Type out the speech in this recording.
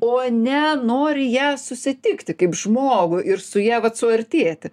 o ne nori ją susitikti kaip žmogų ir su ja vat suartėti